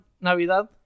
Navidad